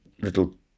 little